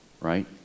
right